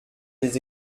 les